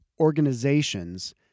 organizations